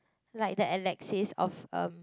like the Alexsis of um